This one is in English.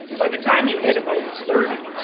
by the time you hit about thirty,